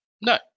No